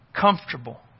comfortable